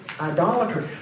idolatry